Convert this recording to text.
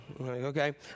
okay